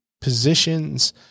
positions